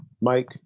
Mike